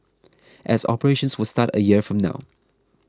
as operations will start a year from now